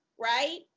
right